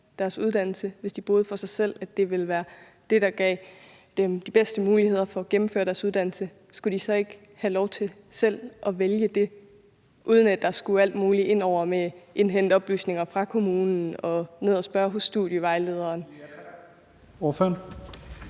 deres uddannelse, hvis de boede for sig selv, og at det ville være det, der gav dem de bedste muligheder for at gennemføre deres uddannelse? Skulle de så ikke have lov til selv at vælge det, uden at der skulle alt muligt ind over med at indhente oplysninger fra kommunen og de skulle ned og spørge hos studievejlederen? Kl.